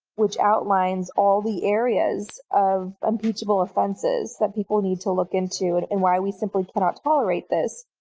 which outlines all the areas of impeachable offenses that people need to look into and why we simply cannot tolerate this.